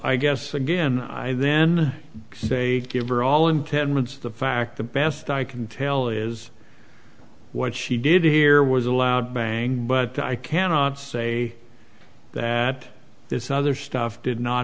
i guess again i then say give her all in ten minutes the fact the best i can tell is what she did here was a loud bang but i cannot say that this other stuff did not